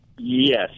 Yes